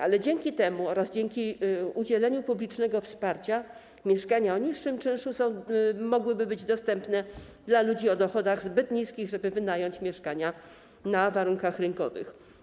Ale dzięki temu oraz dzięki udzieleniu publicznego wsparcia mieszkania o niższym czynszu mogłyby być dostępne dla ludzi o dochodach zbyt niskich, żeby wynająć mieszkania na warunkach rynkowych.